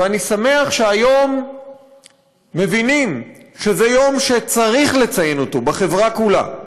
ואני שמח שהיום מבינים שזה יום שצריך לציין אותו בחברה כולה.